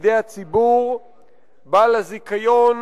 בידי הציבור ובעל הזיכיון